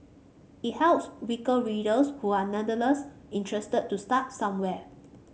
it helps weaker readers who are nevertheless interested to start somewhere